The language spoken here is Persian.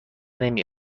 نمی